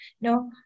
No